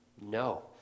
No